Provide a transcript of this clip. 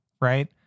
right